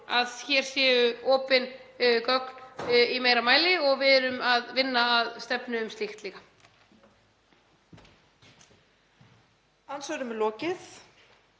að hér séu opin gögn í meira mæli og við erum að vinna að stefnu um slíkt líka. SPEECH_END ---